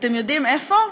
אתם יודעים איפה?